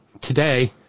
today